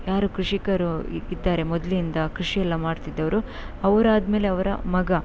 ಯಾರು ಕೃಷಿಕರು ಇದ್ದಾರೆ ಮೊದಲಿಂದ ಕೃಷಿಯೆಲ್ಲ ಮಾಡ್ತಿದ್ದವರು ಅವ್ರು ಆದ ಮೇಲೆ ಅವರ ಮಗ